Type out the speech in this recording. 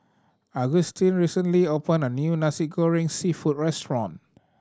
Agustin recently opened a new Nasi Goreng Seafood restaurant